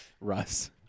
Russ